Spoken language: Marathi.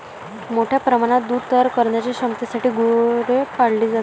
मोठ्या प्रमाणात दूध तयार करण्याच्या क्षमतेसाठी गुरे पाळली जातात